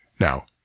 Now